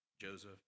Joseph